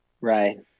Right